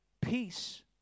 peace